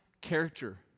character